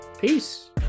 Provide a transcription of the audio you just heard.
Peace